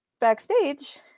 backstage